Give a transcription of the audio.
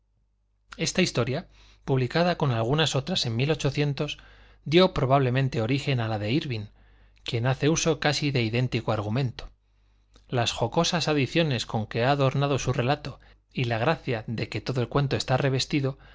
esta historia publicada con algunas otras en dió probablemente origen a la de írving quien hace uso casi de idéntico argumento las jocosas adiciones con que ha adornado su relato y la gracia de que todo el cuento está revestido